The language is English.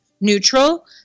Neutral